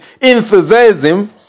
enthusiasm